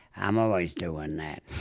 i'm always doing that,